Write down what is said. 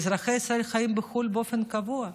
אזרחי ישראל, חיים בחו"ל באופן קבוע.